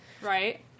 Right